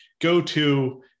go-to